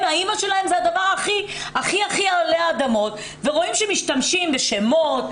האימא שלהם היא הדבר הכי הכי עלי אדמות ורואים שמשתמשים בשמות,